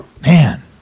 man